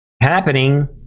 happening